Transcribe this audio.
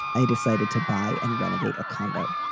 i decided to buy and renovate a condo.